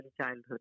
childhood